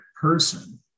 person